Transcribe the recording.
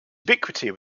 ubiquity